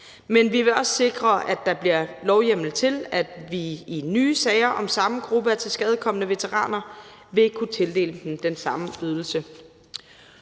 men vi vil også sikre, at der bliver lovhjemmel til, at vi i nye sager om samme gruppe af tilskadekomne veteraner vil kunne tildele dem den samme ydelse.